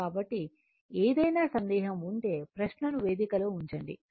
కాబట్టి ఏదైనా సందేహం ఉంటే ప్రశ్నను వేదిక లో ఉంచండి